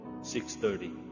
6.30